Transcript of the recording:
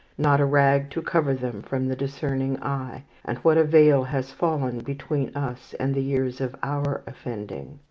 not a rag to cover them from the discerning eye. and what a veil has fallen between us and the years of our offending.